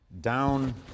down